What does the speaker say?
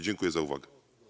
Dziękuję za uwagę.